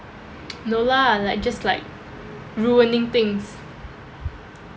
no lah like just like ruining things